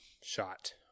shot